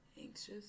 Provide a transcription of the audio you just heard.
anxious